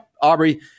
Aubrey